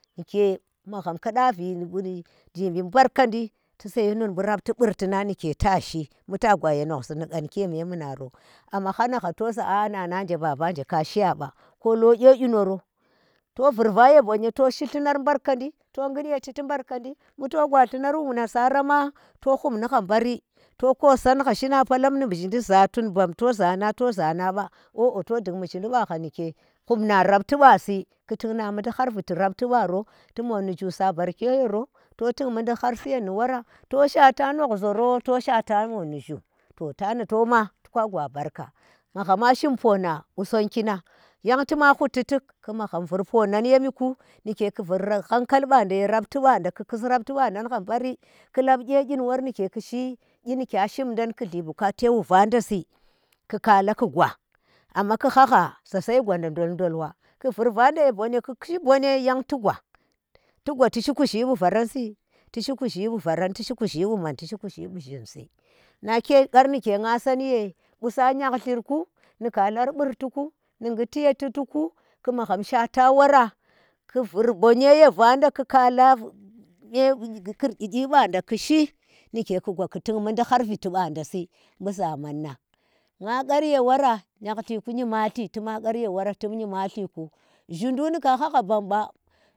Nike magam kanda vee ndi nu nguri, jimbi mbarkandi tu sa yanum bu rafti burti nang nike tashi mbu ta gwa ye noghzhi ni ƙanki ye memu naro amma ha naha to za a nana nje, baba nje ka shi yaba. kolo kye iyinoro to vur va ye bonye, to shi llunar barkandi to ghud ya chiti mbarkandi bu to gwallumar wu nasara ma to hub ni na bari to kosan ha shina polam ni muzhindi za tun bam to zana to zana ba o o, to dung muzhindi ba nike hup na rapti si ku tuk na mundi har viti rafti baro tu mo ndu zhu sa barke yoro to tuk mundi har siyen ni wora to shwata nog hzoro to shwata moh ndu zhu to tana to ma toka ka gwa barka. Magham ma shim pona qusanggi nang nyan tuma huti tik magham vur ponan yemi ku, ni ke ku vur hankal banda ye ratti banda ku kub raftibanda bari ku lab kiye kyin wor nike ku shi kyi nikyi shindang ku lli bukate wu vanda si ki kala ku gwa amma ki haha za saiku gwanda ndondol wa ku vur wanda ye nbonye ki shi binye nyan ti gwa tishi kuzhi wu varan si ti shi kushi man tashi kuzhi wu zhu. Make ghar nike nga sanye qusa nyalhiku ni kalar burtiku, ni ghuti ye chiti ku, ku magham shwata woro ku vur bonye ye vanda ku kala kye kurkwikayi banda kishi nike ku gwa ki tuk mudi har viti banda si ɓu zaman nang. Nga kar ye wora nƙyallir ki yimalti, tuma ghar ye wora tum yimalti ku zhu duk ndika hagha bam ɓa.